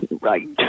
Right